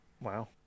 Wow